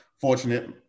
fortunate